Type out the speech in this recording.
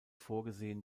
vorgesehen